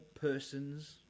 persons